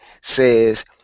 says